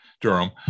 durham